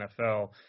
NFL